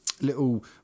little